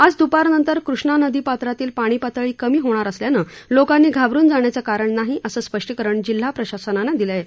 आज दुपारनंतर कृष्णा नदी पात्रातील पाणीपातळी कमी होणार असल्यामुळं लोकांनी घाबरून जाण्याचे कारण नाही असं स्पष्टीकरण जिल्हा प्रशासनाने दिले आहे